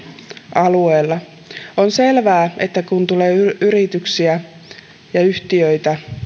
alueella on selvää että kun tulee yrityksiä ja yhtiöitä